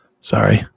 Sorry